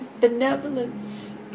benevolence